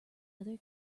other